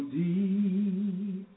deep